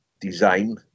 design